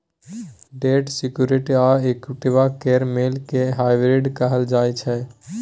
date security आ equity केर मेल केँ हाइब्रिड कहल जाइ छै